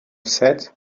set